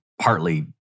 partly